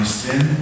sin